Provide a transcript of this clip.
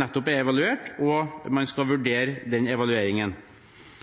nettopp er evaluert og man skal vurdere evalueringen.